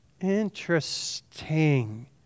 Interesting